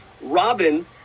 Robin